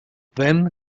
then